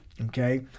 Okay